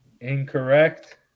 Incorrect